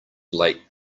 late